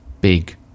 big